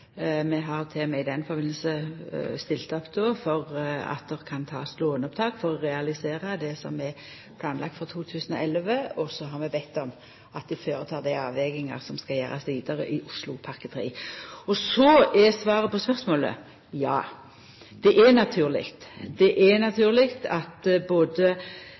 har til og med i den samanhengen stilt opp for at det kan takast opp lån for å realisera det som er planlagt for 2011, og så har vi bede om at dei føretek dei avvegingane som skal gjerast vidare i Oslopakke 3. Så er svaret på spørsmålet: Ja, det er naturleg. Det er naturleg at både